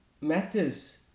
matters